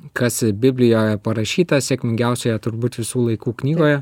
kas biblijoje parašyta sėkmingiausioje turbūt visų laikų knygoje